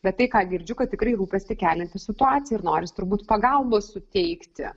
bet tai ką girdžiu kad tikrai rūpestį kelianti situacija ir noris turbūt pagalbos suteikti